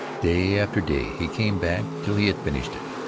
day after day he came back till he had finished it.